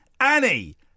Annie